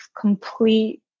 complete